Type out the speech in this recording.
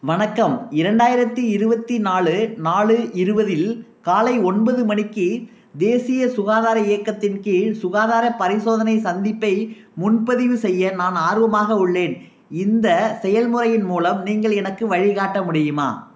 வணக்கம் இரண்டாயிரத்தி இருபத்தி நாலு நாலு இருபதில் காலை ஒன்பது மணிக்கு தேசிய சுகாதார இயக்கத்தின் கீழ் சுகாதாரப் பரிசோதனை சந்திப்பை முன்பதிவு செய்ய நான் ஆர்வமாக உள்ளேன் இந்த செயல்முறையின் மூலம் நீங்கள் எனக்கு வழிகாட்ட முடியுமா